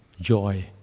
joy